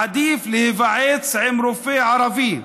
עדיף להיוועץ עם רופא ערבי.